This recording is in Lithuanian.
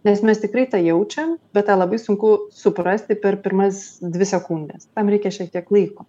nes mes tikrai tą jaučiam bet tą labai sunku suprasti per pirmas dvi sekundes tam reikia šiek tiek laiko